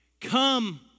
Come